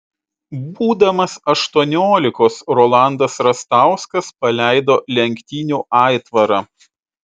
būdamas aštuoniolikos rolandas rastauskas paleido lenktynių aitvarą